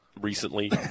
recently